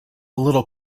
little